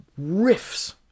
riffs